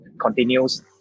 continues